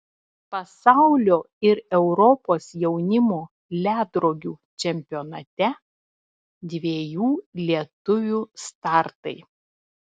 pasaulio ir europos jaunimo ledrogių čempionate dviejų lietuvių startai